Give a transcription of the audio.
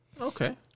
Okay